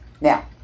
Now